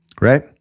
Right